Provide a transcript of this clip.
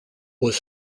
was